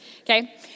Okay